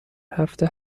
هفته